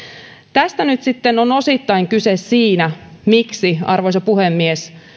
tästä nyt sitten on osittain kyse siinä miksi arvoisa puhemies